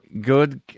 Good